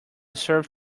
serve